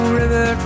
river